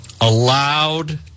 Allowed